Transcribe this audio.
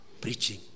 preaching